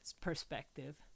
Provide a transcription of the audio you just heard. perspective